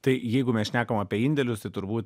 tai jeigu mes šnekam apie indėlius tai turbūt